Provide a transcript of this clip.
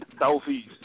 Southeast